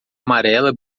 amarela